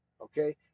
okay